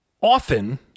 often